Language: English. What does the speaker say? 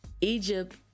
Egypt